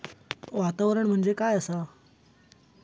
वातावरण म्हणजे काय असा?